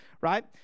right